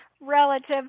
relative